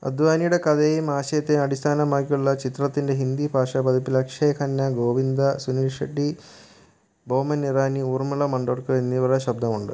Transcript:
അദ്വാനിയുടെ കഥയെയും ആശയത്തെയും അടിസ്ഥാനമാക്കിയുള്ള ചിത്രത്തിൻ്റെ ഹിന്ദി ഭാഷ പതിപ്പിൽ അക്ഷയ് ഖന്ന ഗോവിന്ദ സുനിൽ ഷെട്ടി ബൊമൻ ഇറാനി ഊർമിള മറ്റോണ്ട്കർ എന്നിവരുടെ ശബ്ദമുണ്ട്